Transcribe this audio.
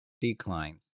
declines